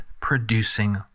producing